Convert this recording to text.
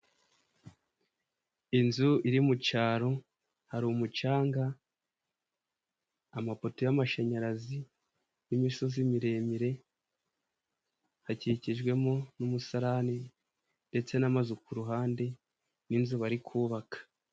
Inzu iri mu cyaro, hari umucanga, amapoto y'amashanyarazi, n'imisozi miremire. Hakikijwemo n'umusarani ndetse n'amazu ku ruhande rw'inzu bari kubaka.